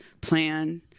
plan